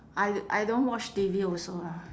I I don't watch T_V also lah